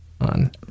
on